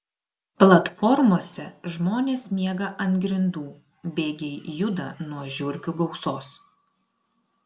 platformose žmonės miega ant grindų bėgiai juda nuo žiurkių gausos